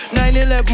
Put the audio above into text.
9-11